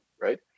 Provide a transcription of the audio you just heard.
right